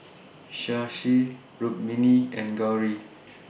Shashi Rukmini and Gauri